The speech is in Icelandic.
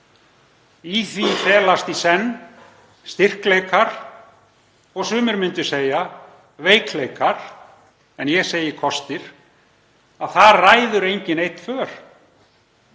Í því felast í senn styrkleikar og sumir myndu segja veikleikar, en ég segi kostir, að þar ræður enginn einn för,